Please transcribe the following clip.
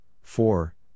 four